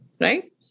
right